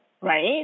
right